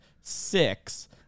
six